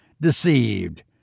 deceived